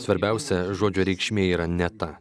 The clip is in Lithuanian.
svarbiausia žodžio reikšmė yra ne ta